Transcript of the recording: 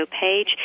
page